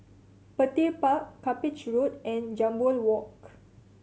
Petir Park Cuppage Road and Jambol Walk